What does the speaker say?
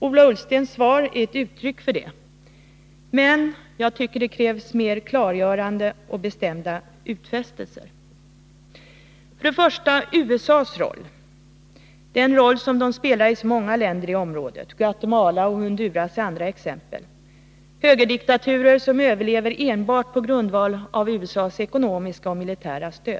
Ola Ullstens svar är ett uttryck för detta, men jag tycker att det krävs fler, mer klargörande och mer bestämda utfästelser. Jag vill först och främst ta upp frågan om USA:s roll, den roll USA spelar i så många länder i området. Guatemala och Honduras är andra exempel på högerdiktaturer som överlever enbart på grundval av USA:s ekonomiska och militära stöd.